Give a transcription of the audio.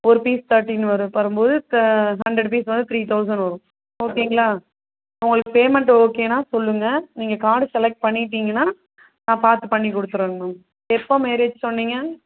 ஓர் piece thirteen வரும் வரும் போது தான் ஹண்ட்ரட் பீஸ் வந்து த்ரீ தவுசண் வரும் ஓகேங்களா உங்களுக்கு பேமெண்ட் ஓகேன்னா சொல்லுங்கள் நீங்கள் கார்ட் செலக்ட் பண்ணிங்கன்னால் நான் பார்த்து பண்ணி கொடுத்துருவங்க மேம் எப்போது மேரேஜ் சொன்னிங்கள்